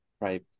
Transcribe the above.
Right